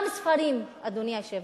גם ספרים, אדוני היושב-ראש,